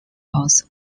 also